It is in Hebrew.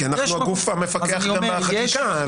כי אנחנו הגוף המפקח גם על החקיקה,